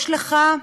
יש לך,